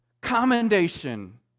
Commendation